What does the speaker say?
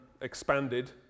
expanded